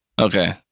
Okay